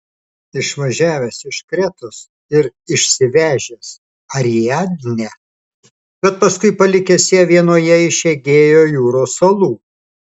išvažiavęs iš kretos ir išsivežęs ariadnę bet paskui palikęs ją vienoje iš egėjo jūros salų